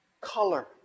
color